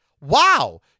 Wow